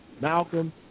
Malcolm